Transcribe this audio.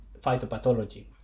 phytopathology